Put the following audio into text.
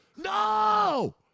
no